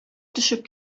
төшеп